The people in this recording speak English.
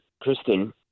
Kristen